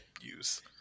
use